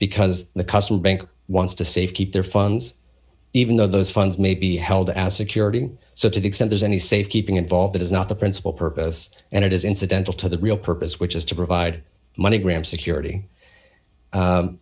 because the custom bank wants to safety their funds even though those funds may be held as security so to the extent there's any safe keeping involved it is not the principal purpose and it is incidental to the real purpose which is to provide money gram security